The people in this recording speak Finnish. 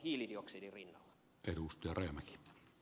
herra puhemies